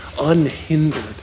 unhindered